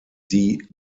die